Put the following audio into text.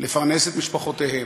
לפרנס את משפחותיהם,